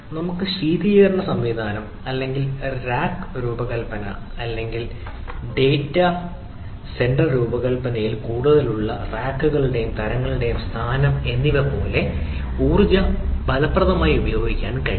നമുക്ക് ശീതീകരണ സംവിധാനം അല്ലെങ്കിൽ റാക്ക് രൂപകൽപ്പന അല്ലെങ്കിൽ ഡാറ്റ സെന്റർ രൂപകൽപ്പനയിൽ കൂടുതലുള്ള റാക്കുകളുടെയും തരങ്ങളുടെയും സ്ഥാനം എന്നിവ പോലുള്ള ഊർജ്ജം ഫലപ്രദമായി ഉപയോഗിക്കാൻ കഴിയും